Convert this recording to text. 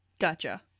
Gotcha